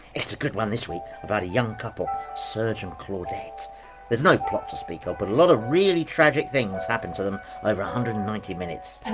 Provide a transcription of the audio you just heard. it's a good one this week. about a young couple, serge and claudette. there's no plot to speak of, but a lot of really tragic things happens to them over a hundred and ninety minutes.